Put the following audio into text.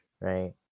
right